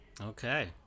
okay